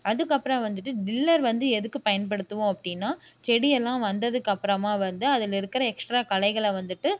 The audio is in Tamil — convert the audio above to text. அதுக்கப்புறம் வந்துட்டு டில்லர் வந்து எதுக்கு பயன்படுத்துவோம் அப்படின்னா செடியெல்லாம் வந்ததுக்கு அப்பறமாக வந்து அதில் இருக்கிற எக்ஸ்ட்ரா களைகளை வந்துட்டு